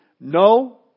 No